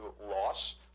loss